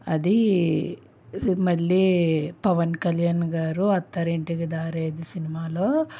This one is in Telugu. అది మళ్ళీ పవన్ కళ్యాణ్ గారు అత్తారింటికి దారేది సినిమాలో